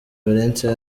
valencia